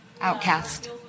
Outcast